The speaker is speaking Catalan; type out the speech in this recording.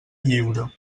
lliure